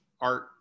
art